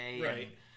Right